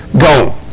Go